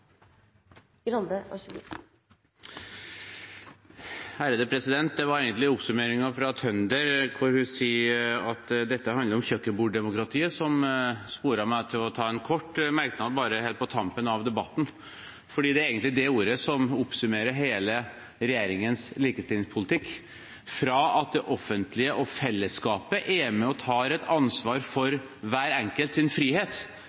Det var oppsummeringen fra Tønder, der hun sier at dette handler om kjøkkenbord-demokrati, som ansporet meg til å ta en kort merknad helt på tampen av debatten, for det er egentlig dette ordet som oppsummerer hele regjeringens likestillingspolitikk: Fra at det offentlige og fellesskapet er med og tar et ansvar for hver enkelts frihet,